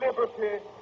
liberty